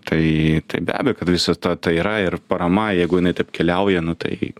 tai be abejo kad visa ta tai yra ir parama jeigu jinai taip keliauja nu tai